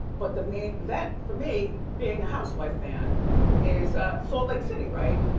but the main vent for me being a housewife fan is salt lake city, right.